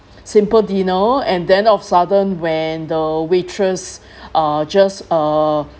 simple dinner and then of sudden when the waitress uh just uh